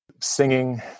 singing